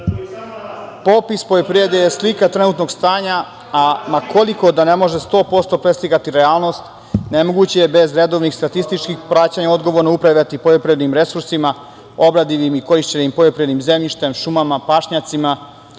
poljoprivrede je slika trenutnog stanja, a ma koliko da ne može 100% preslikati realnost, nemoguće je bez redovnih statističkih praćenja odgovorne upravljati poljoprivrednim resursima, obradivim i korišćenim poljoprivrednim zemljištem, šumama, pašnjacima